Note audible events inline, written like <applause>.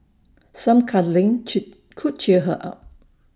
some cuddling <unintelligible> could cheer her up